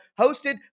hosted